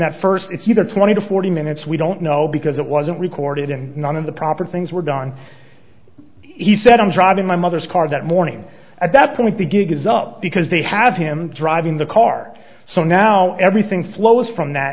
that first it's either twenty to forty minutes we don't know because it wasn't recorded and none of the proper things we're gone he said i'm driving my mother's car that morning at that point the gig is up because they have him driving the car so now everything flows from that